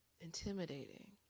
intimidating